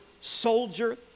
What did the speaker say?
soldier